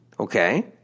okay